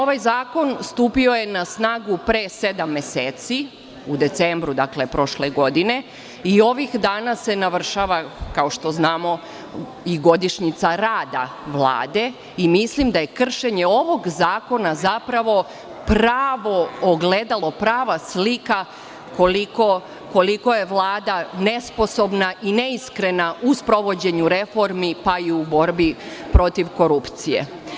Ovaj zakon stupio je na snagu pre sedam meseci, u decembru prošle godine, i ovih dana se navršava, kao što znamo, i godišnjica rada Vlade i mislim da je kršenje ovog zakona pravo ogledalo, prava slika koliko je Vlada nesposobna i neiskrena u sprovođenju reformi, pa i u borbi protiv korupcije.